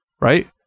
right